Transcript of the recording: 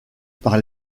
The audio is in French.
par